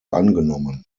angenommen